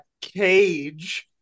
cage